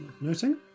noting